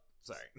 sorry